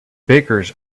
bakers